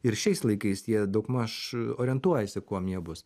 ir šiais laikais jie daugmaž orientuojasi kuom jie bus